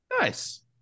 Nice